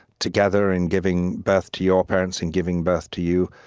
together and giving birth to your parents and giving birth to you,